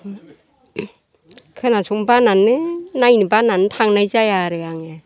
खोनासंनो बानानैनो नायनो बानानै थांनाय जाया आरो आङो